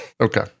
Okay